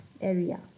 area